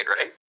right